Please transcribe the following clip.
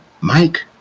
mike